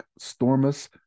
Stormus